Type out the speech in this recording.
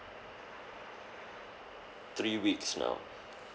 three weeks now